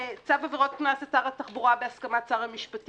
וצו עבירות קנס זה שר התחבורה בהסכמת שר המשפטים,